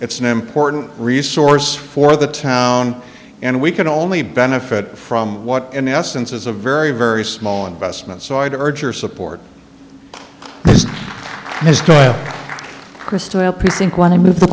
it's an important resource for the town and we can only benefit from what in essence is a very very small investment so i'd urge or support